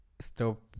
stop